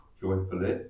joyfully